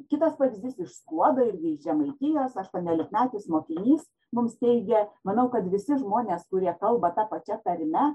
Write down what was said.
kitas vabzdys iš skuodo ir žemaitijos aštuoniolikmetis mokinys mums teigia manau kad visi žmonės kurie kalba ta pačia tarme